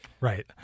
right